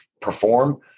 perform